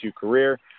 career